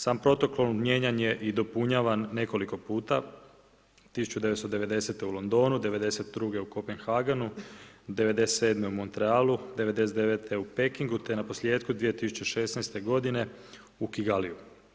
Sam Protokol mijenjan je i dopunjavan nekoliko puta, 1990. u Londonu, 92. u Copenhagenu, 97. u Montrealu, 99. u Pekingu, te naposljetku 2016. godine u Kigaliu.